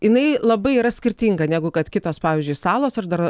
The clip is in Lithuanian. jinai labai yra skirtinga negu kad kitos pavyzdžiui salos aš dar